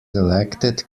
elected